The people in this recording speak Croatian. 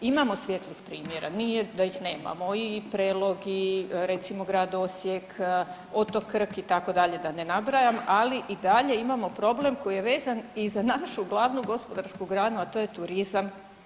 Imamo svijetlih primjera nije da ih nemamo i Prelog i recimo grad Osijek, otok Krk itd. da ne nabrajam, ali i dalje imamo problem koji je vezan i za našu glavnu gospodarsku granu, a to je turizam.